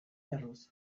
erruz